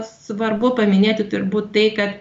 svarbu paminėti turbūt tai kad